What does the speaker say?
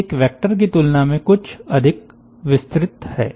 तो यह एक वेक्टर की तुलना में कुछ अधिक विस्तृत है